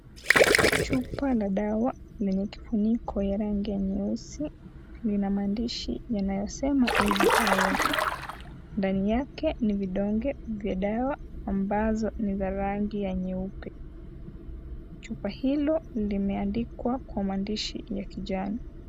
Chupa na dawa lenye kifuniko ya rangi ya nyeusi. Lina maandishi yanayosema easy iron . Ndani yake ni vidonge vya dawa ambazo ni za rangi ya nyeupe. Chupa hilo limeandikwa kwa maandishi ya kijani.